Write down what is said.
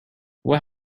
what